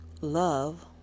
love